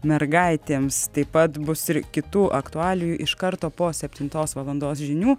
mergaitėms taip pat bus ir kitų aktualijų iš karto po septintos valandos žinių